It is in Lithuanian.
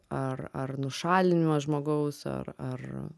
ar ar nušalinimas žmogaus ar ar